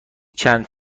چند